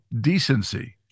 decency